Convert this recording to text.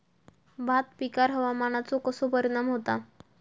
भात पिकांर हवामानाचो कसो परिणाम होता?